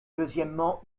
deuxièmement